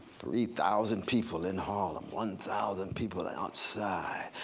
three thousand people in harlem, one thousand people outside.